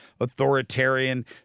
authoritarian